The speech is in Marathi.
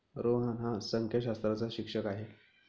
रोहन हा संख्याशास्त्राचा शिक्षक आहे